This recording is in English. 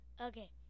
Okay